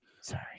Sorry